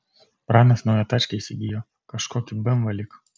pranas naują tačkę įsigijo kažkokį bemvą lyg